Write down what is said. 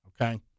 okay